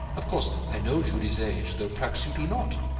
of course i know julie's age, though perhaps you do not.